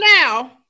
now